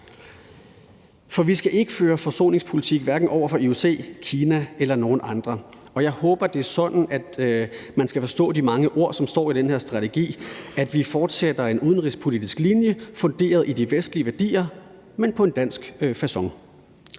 Vi skal ikke føre forsoningspolitik over for hverken OIC, Kina eller nogen andre, og jeg håber, det er sådan, man skal forstå de mange ord, som står i den her strategi, altså at vi fortsætter en udenrigspolitisk linje funderet i de vestlige værdier, men på en dansk facon.